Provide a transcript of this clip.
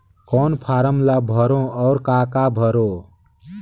कौन फारम ला भरो और काका भरो?